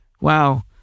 wow